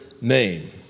name